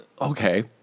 Okay